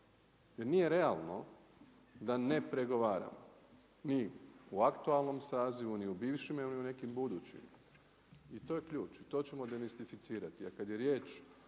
jer nije realno da ne pregovaramo, mi u aktualnom sazivu, ni u bivšima ni u nekim budućima. I to je ključ i to ćemo demistificirati.